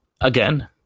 again